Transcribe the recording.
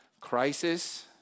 Crisis